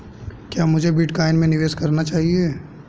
क्या मुझे बिटकॉइन में निवेश करना चाहिए?